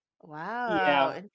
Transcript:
Wow